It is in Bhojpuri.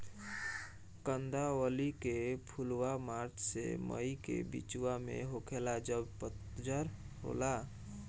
कंदावली के फुलवा मार्च से मई के बिचवा में होखेला जब पतझर होला